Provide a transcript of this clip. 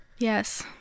Yes